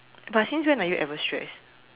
but since when are you ever stressed